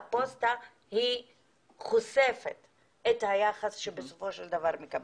והפוסטה חושפת את היחס שבסופו של דבר הם מקבלים.